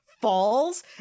falls